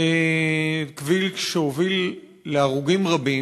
כביש שהוביל להרוגים רבים.